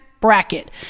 Bracket